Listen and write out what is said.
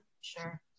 sure